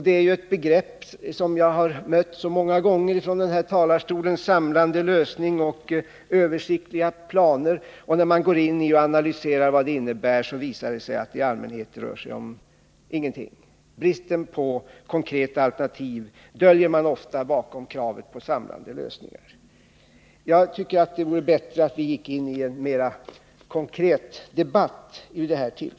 Det är ett begrepp som jag har mött många gånger från denna talarstol. Men när man går in och analyserar vad sådana begrepp som samlande lösningar och översiktliga planer innebär visar det sig att det i allmänhet rör sig om ingenting. Bristen på konkreta alternativ döljs ofta bakom kravet på samlande lösningar. Det vore bättre att vi vid detta tillfälle gick in i en mera konkret debatt.